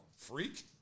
Freak